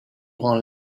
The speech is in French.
grand